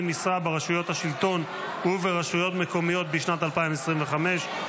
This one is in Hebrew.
משרה ברשויות השלטון וברשויות מקומיות בשנת 2025),